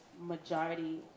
majority